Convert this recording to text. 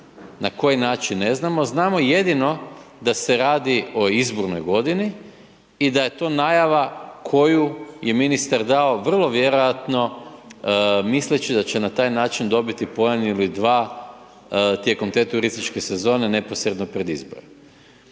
Na koji način? Ne znamo. Znamo jedino da se radi o izbornoj godini, i da je to najava koju je ministar dao vrlo vjerojatno misleći da će na taj način dobiti poen ili dva tijekom te turističke sezone, neposredno pred izbore.